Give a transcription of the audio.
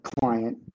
client